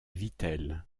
vittel